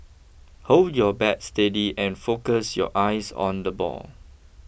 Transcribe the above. hold your bat steady and focus your eyes on the ball